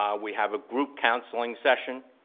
um we have a group counseling session.